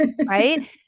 right